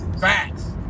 Facts